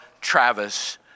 Travis